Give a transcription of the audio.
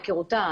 מהיכרותה,